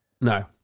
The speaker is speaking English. no